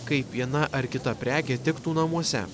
kaip viena ar kita prekė tiktų namuose